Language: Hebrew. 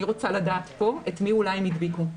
אני רוצה לדעת פה את מי אולי הם הדביקו,